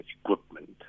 equipment